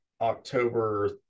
october